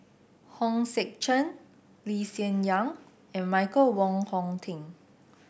Hong Sek Chern Lee Hsien Yang and Michael Wong Hong Teng